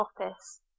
office